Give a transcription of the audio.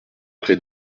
pré